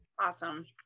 Awesome